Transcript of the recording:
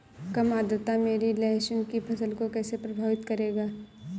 कम आर्द्रता मेरी लहसुन की फसल को कैसे प्रभावित करेगा?